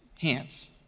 hands